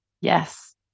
Yes